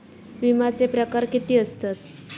विमाचे प्रकार किती असतत?